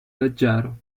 leggero